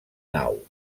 nau